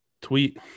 tweet